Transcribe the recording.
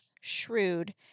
shrewd